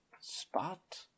spot